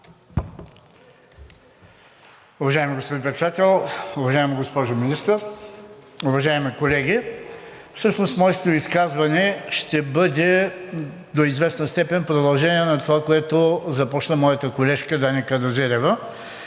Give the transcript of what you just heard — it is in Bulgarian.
Уважаеми господин Председател, уважаема госпожо Министър, уважаеми колеги! Всъщност моето изказване ще бъде до известна степен продължение на това, което започна моята колежка Дани Каназирева.